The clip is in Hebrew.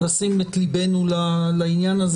לשים את לבנו לעניין הזה.